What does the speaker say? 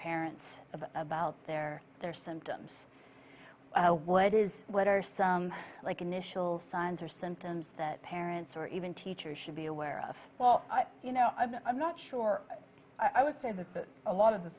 parents about their their symptoms what is what are some like initial signs or symptoms that parents or even teachers should be aware of well you know i'm not sure i would say the a lot of the